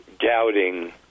doubting